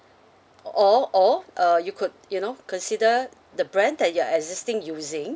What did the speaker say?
or or uh you could you know consider the brand that you are existing using